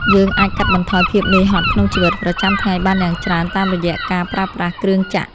យើងអាចកាត់បន្ថយភាពនឿយហត់ក្នុងជីវិតប្រចាំថ្ងៃបានយ៉ាងច្រើនតាមរយៈការប្រើប្រាស់គ្រឿងចក្រ។